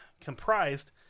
comprised